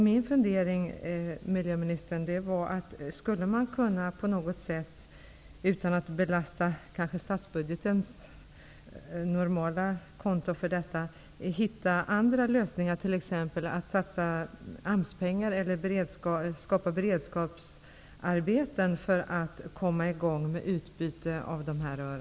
Min fundering, miljöministern, var om man på något sätt -- utan att belasta statsbudgetens normala konto -- skulle kunna hitta andra lösningar, t.ex. att satsa AMS-pengar eller skapa beredskapsarbeten, för att komma i gång med utbyte av dessa rör.